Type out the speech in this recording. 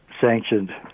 sanctioned